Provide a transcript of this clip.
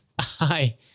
hi